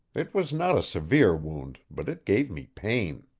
it was not a severe wound, but it gave me pain.